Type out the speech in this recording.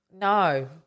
no